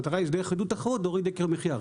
המטרה דרך עידוד התחרות להוריד את יוקר המחיה,